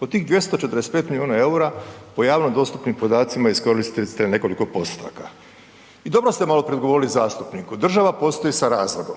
Od tih 245 milijuna eura po javno dostupnim podacima, iskoristili ste nekoliko postotaka. I dobro ste maloprije odgovorili zastupniku, država postoji sa razlogom.